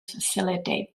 facilitate